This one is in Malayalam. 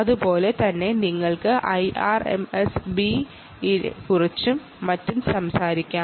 അതുപോലെ തന്നെ നിങ്ങൾക്ക് IRMSBയെക്കുറിച്ചും അറിയാൻ കഴിയും